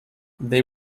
they